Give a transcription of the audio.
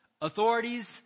authorities